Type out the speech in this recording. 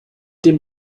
dem